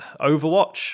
Overwatch